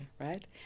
Right